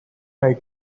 try